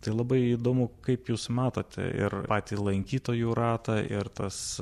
tai labai įdomu kaip jūs matote ir patį lankytojų ratą ir tas